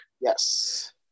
Yes